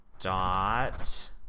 dot